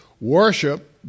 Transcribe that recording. worship